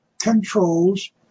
controls